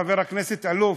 חבר הכנסת אלאלוף,